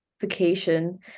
vacation